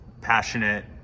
passionate